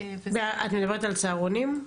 את מדברת על סהרונים?